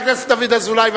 חבר הכנסת דוד אזולאי,